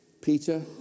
Peter